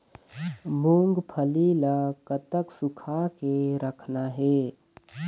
मूंगफली ला कतक सूखा के रखना हे?